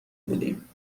بودیم